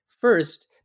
first